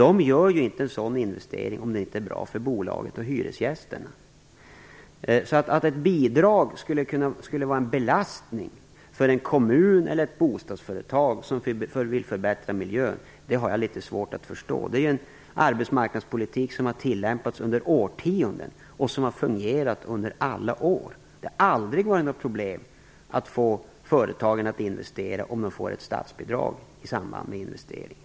De gör inte en sådan här investering om den inte är bra för bolaget och hyresgästerna. Att ett bidrag skulle kunna vara en belastning för den kommun eller det bostadsföretag som vill förbättra miljön har jag alltså litet svårt att förstå. Det handlar här om den arbetsmarknadspolitik som har tillämpats i årtionden och som i alla år har fungerat. Det har aldrig varit något problem att få företag att investera om de får statsbidrag i samband med investeringen.